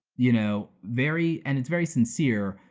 you know, very, and it's very sincere,